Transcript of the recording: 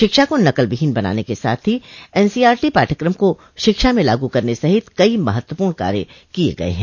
शिक्षा को नकलविहीन बनाने के साथ ही एनसीईआरटी पाठ्यक्रम को शिक्षा में लागू करने सहित कई महत्वपूर्ण कार्य किय गय है